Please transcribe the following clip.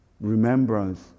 Remembrance